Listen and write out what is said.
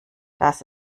das